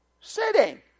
sitting